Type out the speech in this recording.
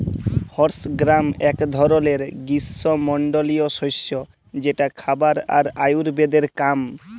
horse gram এক ধরলের গ্রীস্মমন্ডলীয় শস্য যেটা খাবার আর আয়ুর্বেদের কাম